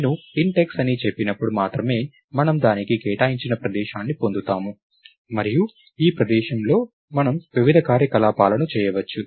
నేను int x అని చెప్పినప్పుడు మాత్రమే మనము దానికి కేటాయించిన ప్రదేశాన్ని పొందుతాము మరియు ఈ ప్రదేశంలో మనము వివిధ కార్యకలాపాలను చేయవచ్చు